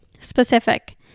Specific